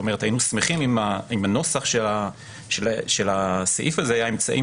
היינו שמחים אם הנוסח של הסעיף הזה היה "אמצעים